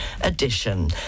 edition